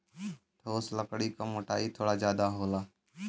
ठोस लकड़ी क मोटाई थोड़ा जादा होला